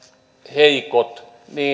heikot